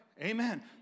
Amen